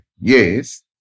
Yes